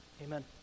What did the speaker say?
Amen